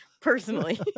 personally